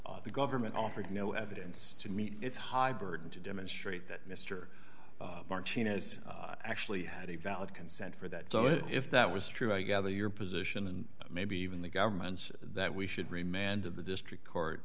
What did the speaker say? the government offered no evidence to meet its high burden to demonstrate that mr martinez actually had a valid consent for that so if that was true i gather your position and maybe even the government that we should remain and of the district court